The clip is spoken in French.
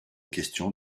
questions